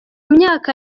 myaka